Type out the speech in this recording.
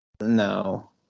No